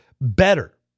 better